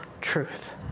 truth